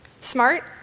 Smart